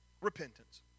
repentance